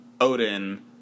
odin